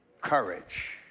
courage